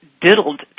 diddled